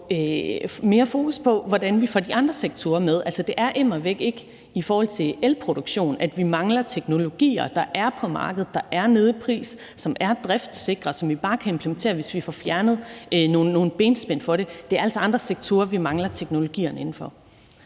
få mere fokus på, hvordan vi får de andre sektorer med. Altså, det er immer væk ikke i forhold til elproduktion, at vi mangler teknologier. De er på markedet, de er nede i pris, de er driftssikre, og vi kan bare implementere dem, hvis vi får fjernet nogle benspænd for det. Det er altså andre sektorer, vi mangler teknologierne inden for.